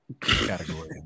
category